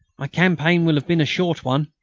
my campaign will have been a short one!